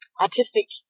artistic